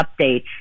updates